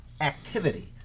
activity